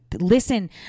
Listen